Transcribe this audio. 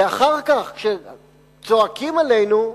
ואחר כך, כשצועקים עלינו,